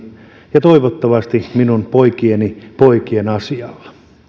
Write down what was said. ja toivottavasti minun poikieni poikien asialla